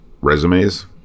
resumes